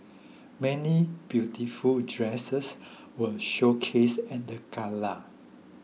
many beautiful dresses were showcased at the gala